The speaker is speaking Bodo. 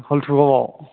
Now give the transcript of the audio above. हलथुगावआव